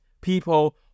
people